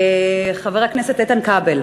חבר הכנסת איתן כבל,